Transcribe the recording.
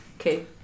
Okay